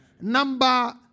Number